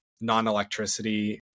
non-electricity